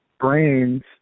brains